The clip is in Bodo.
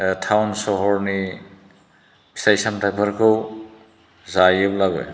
टाउन सहरनि फिथाइ सामथाइफोरखौ जायोब्लाबो